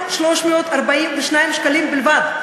2,342 שקלים בלבד.